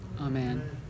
Amen